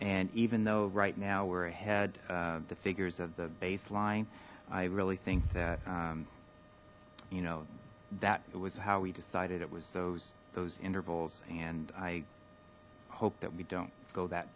and even though right now we're ahead the figures of the baseline i really think that you know that was how we decided it was those those intervals and i hope that we don't go that